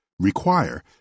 require